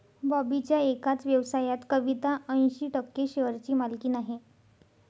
बॉबीच्या एकाच व्यवसायात कविता ऐंशी टक्के शेअरची मालकीण आहे